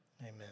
Amen